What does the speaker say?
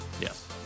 Yes